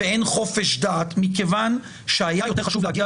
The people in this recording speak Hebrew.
אין חופש דת מכיוון שהיה יותר חשוב להגיע